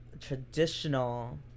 traditional